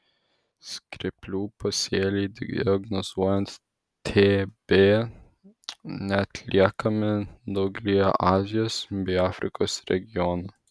skreplių pasėliai diagnozuojant tb neatliekami daugelyje azijos bei afrikos regionų